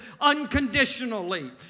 unconditionally